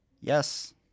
Yes